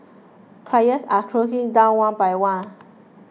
criers are closing down one by one